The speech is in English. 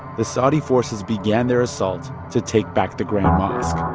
the saudi forces began their assault to take back the grand mosque